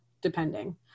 depending